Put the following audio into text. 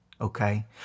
Okay